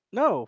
no